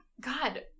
God